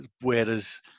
Whereas